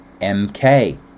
MK